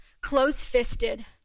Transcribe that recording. close-fisted